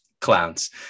clowns